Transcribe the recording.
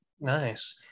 nice